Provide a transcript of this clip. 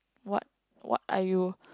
what what are you